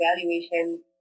valuation